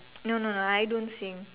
no no no I don't sing